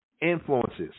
influences